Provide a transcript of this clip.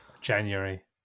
January